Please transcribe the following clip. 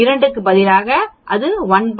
2 க்கு பதிலாக இருக்கும் அது 1